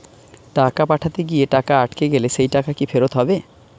টাকা পাঠাতে গিয়ে টাকা আটকে গেলে সেই টাকা কি ফেরত হবে?